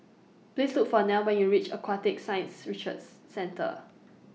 Please Look For Neil when YOU REACH Aquatic Science Research Centre